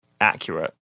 accurate